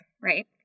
right